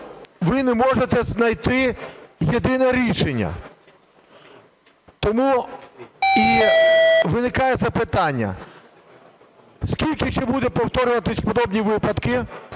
ви не можете знайти єдине рішення? Тому і виникає це питання: скільки ще будуть повторюватися подібні випадки,